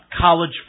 college